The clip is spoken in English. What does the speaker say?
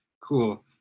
Cool